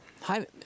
Hi